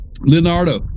leonardo